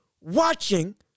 watching